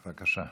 בבקשה.